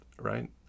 right